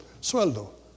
sueldo